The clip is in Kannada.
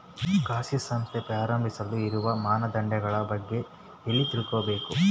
ಖಾಸಗಿ ಸಂಸ್ಥೆ ಪ್ರಾರಂಭಿಸಲು ಇರುವ ಮಾನದಂಡಗಳ ಬಗ್ಗೆ ಎಲ್ಲಿ ತಿಳ್ಕೊಬೇಕು?